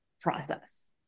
process